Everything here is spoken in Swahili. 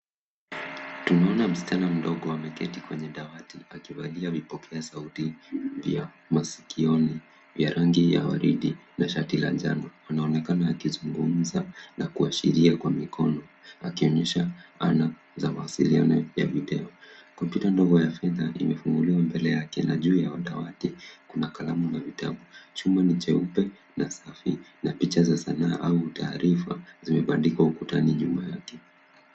Tunaona msichana mdogo ameketi kwenye dawati akivalia vipokea sauti vya masikioni vya rangi ya waridi na shati la njano. Anaonekana akizungumza na kuashiria kwa mikono akionyesha ana za mawasiliano ya video. Kompyuta ndogo ya fedha imefunguliwa mbele yake na juu ya dawati kuna kalamu na kitabu. Chumba ni cheupe na safi na picha za sanaa au taarifa zimebandikwa ukutani nyuma yake.